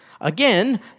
Again